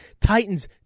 Titans